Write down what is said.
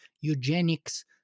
Eugenics